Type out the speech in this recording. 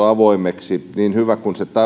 avoimeksi niin hyvä kuin se